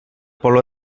poble